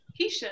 Keisha